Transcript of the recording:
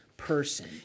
Person